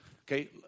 Okay